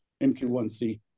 MQ-1C